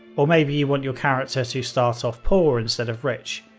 or maybe you want your character to start off poor instead of rich?